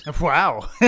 wow